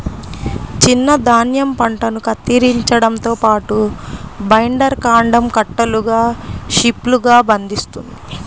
చిన్న ధాన్యం పంటను కత్తిరించడంతో పాటు, బైండర్ కాండం కట్టలుగా షీవ్లుగా బంధిస్తుంది